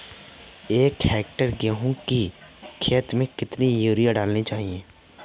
एक हेक्टेयर गेहूँ की खेत में कितनी यूरिया डालनी चाहिए?